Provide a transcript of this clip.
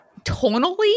tonally